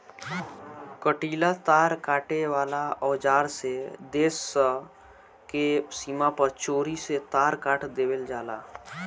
कंटीला तार काटे वाला औज़ार से देश स के सीमा पर चोरी से तार काट देवेल जाला